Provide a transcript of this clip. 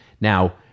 Now